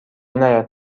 نیاد